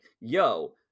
yo